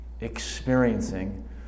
experiencing